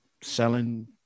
selling